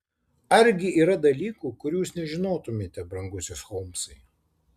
argi yra dalykų kurių jūs nežinotumėte brangusis holmsai